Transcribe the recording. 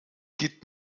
geht